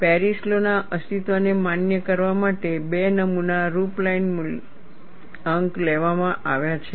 Paris law ના અસ્તિત્વને માન્ય કરવા માટે બે નમૂના રૂપલાઇન ંકનો લેવામાં આવ્યા છે